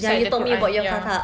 ya you told me about your kakak